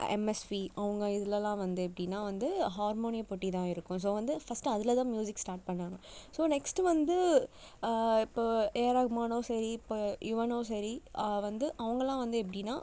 MSV அவங்க இதிலலாம் வந்து எப்படின்னா வந்து ஹார்மோனிய பெட்டி தான் இருக்கும் ஸோ வந்து ஃபஸ்ட்டு அதில்தான் ம்யூசிக் ஸ்டார்ட் பண்ணிணாங்க ஸோ நெக்ஸ்ட்டு வந்து இப்போது ஏஆர் ரஹ்மானும் சரி இப்ப யுவனும் சரி வந்து அவங்கலாம் வந்து எப்படின்னா